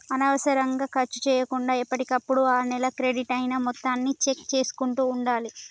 అనవసరంగా ఖర్చు చేయకుండా ఎప్పటికప్పుడు ఆ నెల క్రెడిట్ అయిన మొత్తాన్ని చెక్ చేసుకుంటూ ఉండాలి